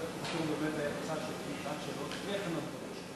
אני זוכר שבתקופתי באמת היתה שעת שאלות בלי הכנות מראש.